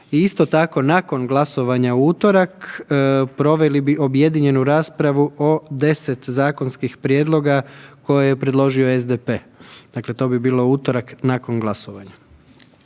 isto tako nakon glasovanja u utorak proveli bi objedinjenu raspravu o 10 zakonskih prijedloga koje je predložio SDP, dakle to bi bilo u utorak nakon glasovanja.